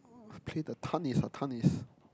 play the tennis ah tennis